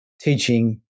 teaching